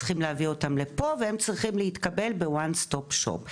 צריכים להביא אותם לפה והם צריכים להתקבל ב-ONE STOP SHOP,